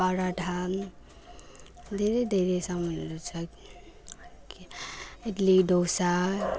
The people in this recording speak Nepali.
पराठा धेरै धेरै सामानहरू छ इडली डोसा